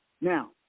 Now